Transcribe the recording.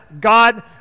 God